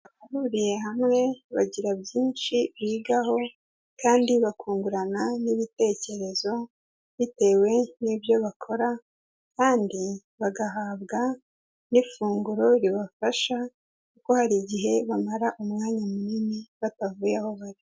Abahuriye hamwe bagira byinshi bigaho, kandi bakungurana n'ibitekerezo, bitewe n'ibyo bakora, kandi bagahabwa n'ifunguro ribafasha, kuko hari igihe bamara umwanya munini batavuye aho bari.